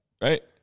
Right